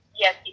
Yes